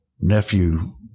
nephew